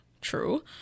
true